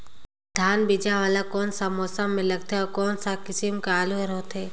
धान बीजा वाला कोन सा मौसम म लगथे अउ कोन सा किसम के आलू हर होथे?